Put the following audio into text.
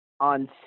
on